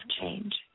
change